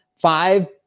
five